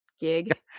gig